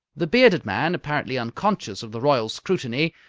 the bearded man, apparently unconscious of the royal scrutiny,